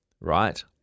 right